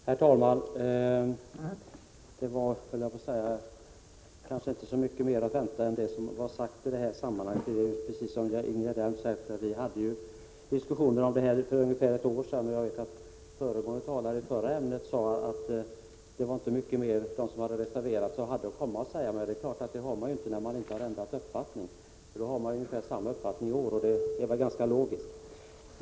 Herr talman! Man kanske inte kunde vänta sig mycket mer än det som redan var sagt i detta sammanhang. Precis som Ingegerd Elm sade, hade vi en diskussion om detta för ungefär ett år sedan. En talare som behandlade det förra ämnet sade också att de som hade reserverat sig inte hade mycket mer att komma med. Det är dock ganska logiskt att man har samma uppfattning om man inte har ändrat åsikt.